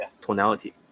tonality